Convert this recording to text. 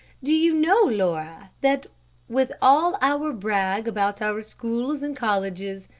do you know, laura, that with all our brag about our schools and colleges,